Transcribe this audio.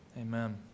Amen